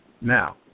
Now